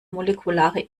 molekulare